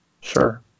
Sure